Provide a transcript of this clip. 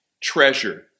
treasure